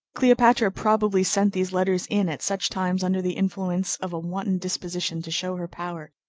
cleopatra probably sent these letters in at such times under the influence of a wanton disposition to show her power.